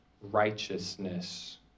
righteousness